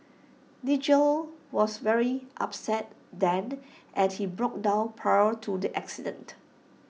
Nigel was very upset then and he broke down prior to the accident